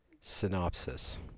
synopsis